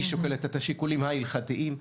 היא שוקלת את השיקולים ההלכתיים,